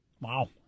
Wow